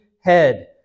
head